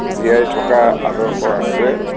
জীয়াই থকা আদৰ্শ আছে